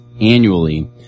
annually